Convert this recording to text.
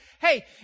Hey